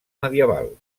medieval